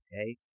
Okay